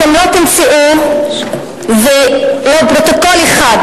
אתם לא תמצאו ולו פרוטוקול אחד,